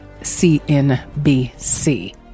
CNBC